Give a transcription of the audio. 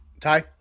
Ty